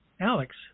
Alex